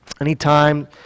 Anytime